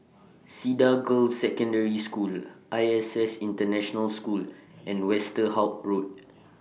Cedar Girls' Secondary School I S S International School and Westerhout Road